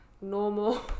Normal